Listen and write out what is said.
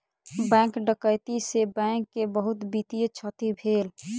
bank डकैती से bank के बहुत वित्तीय क्षति भेल